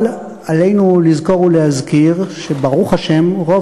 אבל עלינו לזכור ולהזכיר שברוך השם רוב